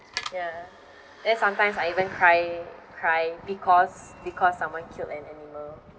ya then sometimes I even cry cry because because someone killed an animal